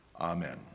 Amen